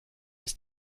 ist